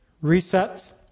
Reset